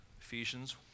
Ephesians